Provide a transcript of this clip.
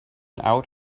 out